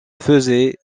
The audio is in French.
faisaient